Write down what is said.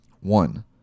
one